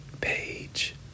page